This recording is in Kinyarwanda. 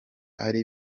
ari